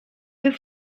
deux